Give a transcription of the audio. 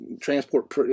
transport